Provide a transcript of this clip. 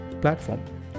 platform